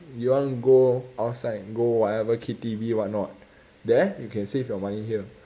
you want go outside go whatever K_T_V what not there you can save your money here